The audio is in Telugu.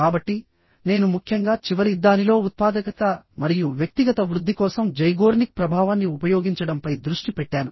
కాబట్టి నేను ముఖ్యంగా చివరి దానిలో ఉత్పాదకత మరియు వ్యక్తిగత వృద్ధి కోసం జైగోర్నిక్ ప్రభావాన్ని ఉపయోగించడంపై దృష్టి పెట్టాను